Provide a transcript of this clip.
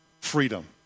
freedom